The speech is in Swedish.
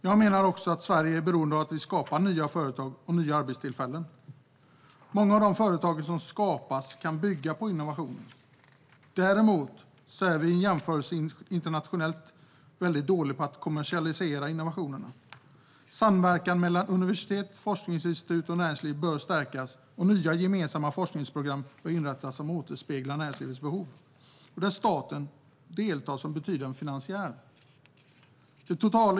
Jag menar också att Sverige är beroende av att vi skapar nya företag och nya arbetstillfällen. Många av de företag som skapas kan bygga på innovationer. Däremot är vi vid en internationell jämförelse väldigt dåliga på att kommersialisera innovationerna. Samverkan mellan universitet, forskningsinstitut och näringsliv bör stärkas, och nya gemensamma forskningsprogram bör inrättas, som återspeglar näringslivets behov. Där bör staten delta som en betydande finansiär.